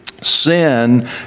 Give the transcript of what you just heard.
Sin